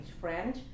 French